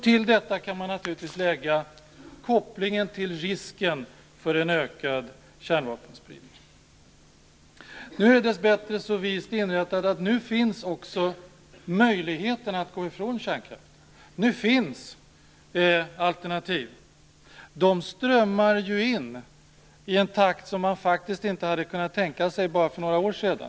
Till detta kan man naturligtvis koppla risken för en ökad kärnvapenspridning. Nu är det dessbättre så vist inrättat att det finns möjligheter att gå ifrån kärnkraften. Nu finns alternativ. De strömmar ju in i en takt som man faktiskt inte hade kunnat tänka sig för bara några år sedan.